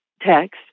text